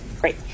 Great